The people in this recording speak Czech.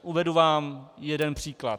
Uvedu vám jeden příklad.